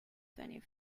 twenty